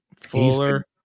Fuller